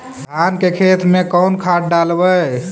धान के खेत में कौन खाद डालबै?